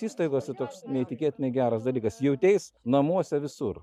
įstaigos tai toks neįtikėtinai geras dalykas jauteis namuose visur